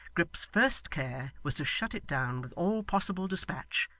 grip's first care was to shut it down with all possible despatch,